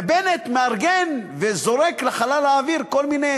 ובנט מארגן וזורק לחלל האוויר כל מיני